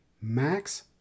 Max